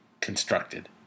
constructed